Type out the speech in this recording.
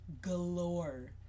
galore